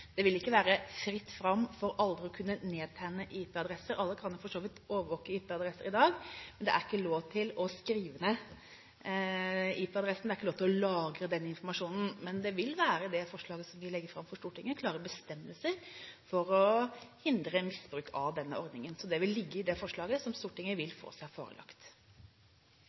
Det vil ikke være fritt fram for alle til å kunne nedtegne IP-adresser. Alle kan for så vidt overvåke IP-adresser i dag, men det er ikke lov å skrive ned IP-adressen, det er ikke lov å lagre den informasjonen. Det vil i det forslaget vi legger fram for Stortinget, være klare bestemmelser for å hindre misbruk av denne ordningen. Det vil ligge i det forslaget som Stortinget vil få seg forelagt.